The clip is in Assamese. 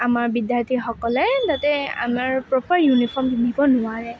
আমাৰ বিদ্যাৰ্থী সকলে তাতে আমাৰ প্ৰ'পাৰ ইউনিফৰ্ম পিন্ধিব নোৱাৰে